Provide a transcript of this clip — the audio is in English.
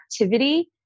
activity